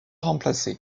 remplacé